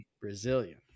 Brazilian